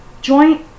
joint